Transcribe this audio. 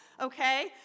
Okay